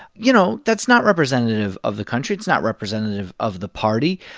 you know, that's not representative of the country. it's not representative of the party.